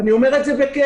אני אומר את זה בכאב,